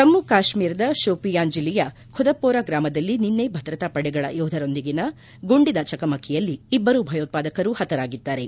ಜಮ್ನು ಕಾಶ್ನೀರದ ಶೋಪಿಯಾನ್ ಜಿಲ್ಲೆಯ ಖುದಪೋರ ಗ್ರಾಮದಲ್ಲಿ ನಿನ್ನೆ ಭದ್ರತಾ ಪಡೆಗಳ ಯೋಧರೊಂದಿಗಿನ ಗುಂಡಿನ ಚಕಮಕಿಯಲ್ಲಿ ಇಬ್ಲರು ಭಯೋತ್ವಾದಕರು ಹತರಾಗಿದ್ದಾರೆ